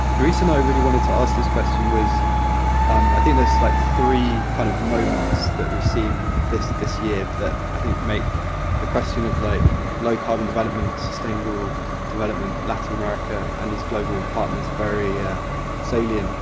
the reason i really wanted to ask this question was um i think there's like three kind of moments that we've seen this this year that i think make the question of like low-carbon development, sustainable development, latin america, and these global partners very salient.